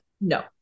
No